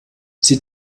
sie